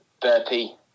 burpee